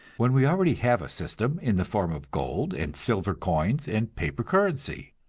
when we already have a system in the form of gold and silver coins and paper currency?